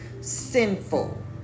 sinful